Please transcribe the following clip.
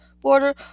border